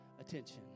attention